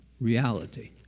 reality